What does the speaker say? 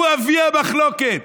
הוא אבי המחלוקת,